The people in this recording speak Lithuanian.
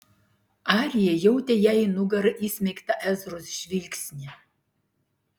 arija jautė jai į nugarą įsmeigtą ezros žvilgsnį